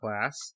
class